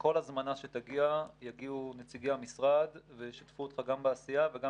וכל הזמנה שתגיע יגיעו נציגי המשרד וישתפו אותך גם בעשייה וגם